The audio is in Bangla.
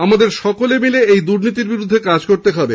আমাদের সকলে মিলে এই দুর্নীতির বিরুদ্ধে কাজ করতে হবে